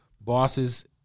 bosses